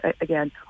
Again